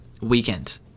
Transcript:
weekend